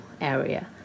area